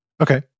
okay